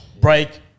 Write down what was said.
break